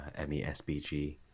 MESBG